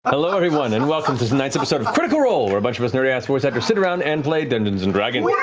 hello, everyone, and welcome to tonight's episode of critical role where a bunch of us nerdy-ass voice actors sit around and play dungeons and dragons. yeah